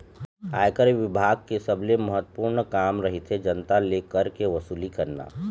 आयकर बिभाग के सबले महत्वपूर्न काम रहिथे जनता ले कर के वसूली करना